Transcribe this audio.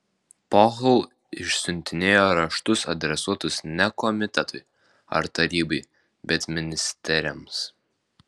pohl išsiuntinėjo raštus adresuotus ne komitetui ar tarybai bet ministeriams